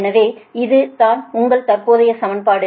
எனவே இது தான் உங்கள் தற்போதைய சமன்பாடு